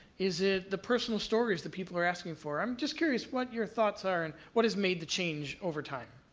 is it the personal stories that people are asking for? i'm just curious what your thoughts are and what has made the change over time?